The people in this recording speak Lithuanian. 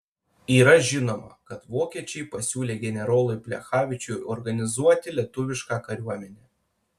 yra žinoma kad vokiečiai pasiūlę generolui plechavičiui organizuoti lietuvišką kariuomenę